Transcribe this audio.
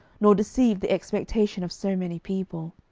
nor deceive the expectation of so many people.